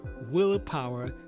willpower